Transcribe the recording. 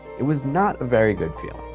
it was not a very good feeling